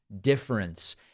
difference